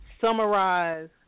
summarize